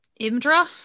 Imdra